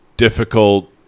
Difficult